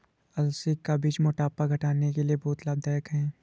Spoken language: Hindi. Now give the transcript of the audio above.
अलसी का बीज मोटापा घटाने के लिए बहुत लाभदायक है